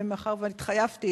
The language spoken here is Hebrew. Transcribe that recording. ומאחר שהתחייבתי,